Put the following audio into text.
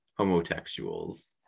Homotextuals